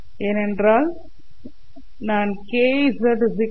ஏனென்றால் நான் kzk